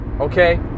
okay